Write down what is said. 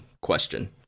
question